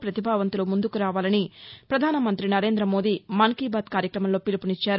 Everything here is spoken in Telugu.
ప్రతిభావంతులు ముందుకు రావాలని పధానమంతి నరేందమోదీ మన్కీబాత్ కార్బక్రమంలో పీలుపునిచ్చారు